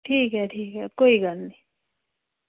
ठीक ऐ ठीक ऐ कोई गल्ल निं